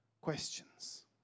questions